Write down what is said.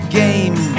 game